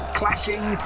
clashing